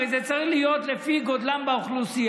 הרי זה צריך להיות לפי גודלם באוכלוסייה,